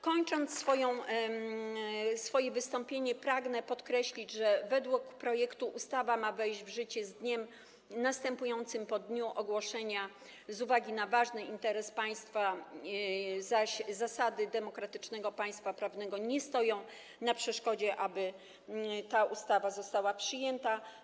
Kończąc swoje wystąpienie, pragnę podkreślić, że według projektu ustawa ma wejść w życie z dniem następującym po dniu ogłoszenia z uwagi na ważny interes państwa, zaś zasady demokratycznego państwa prawnego nie stoją na przeszkodzie, aby ta ustawa została przyjęta.